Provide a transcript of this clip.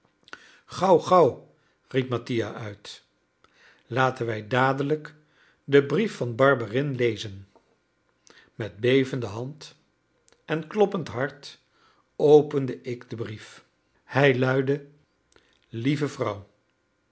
gauw gauw riep mattia uit laten wij dadelijk den brief van barberin lezen met bevende hand en kloppend hart opende ik den brief hij luidde lieve vrouw